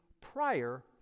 prior